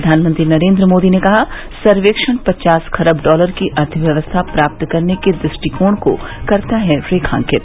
प्रधानमंत्री नरेन्द्र मोदी ने कहा सर्वेक्षण पचास खरब डॉलर की अर्थव्यवस्था प्राप्त करने के दृष्टिकोण को करता है रेखांकित